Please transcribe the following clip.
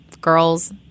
girls